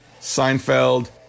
seinfeld